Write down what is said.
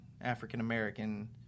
African-American